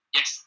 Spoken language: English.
Yes